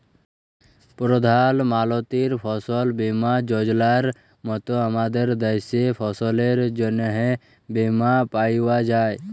পরধাল মলতির ফসল বীমা যজলার মত আমাদের দ্যাশে ফসলের জ্যনহে বীমা পাউয়া যায়